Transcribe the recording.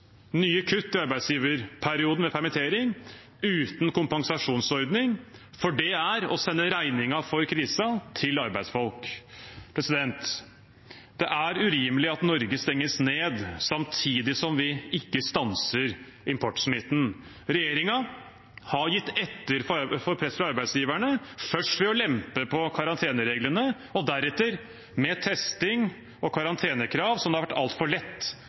nye kutt i arbeidsgiverperioden ved permittering uten kompensasjonsordning, for det er å sende regningen for krisen til arbeidsfolk. Det er urimelig at Norge stenges ned samtidig som vi ikke stanser importsmitten. Regjeringen har gitt etter for press fra arbeidsgiverne først ved å lempe på karantenereglene og deretter med testing og karantenekrav som det har vært altfor lett